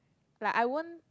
like I won't